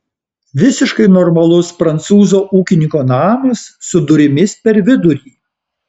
visiškai normalus prancūzo ūkininko namas su durimis per vidurį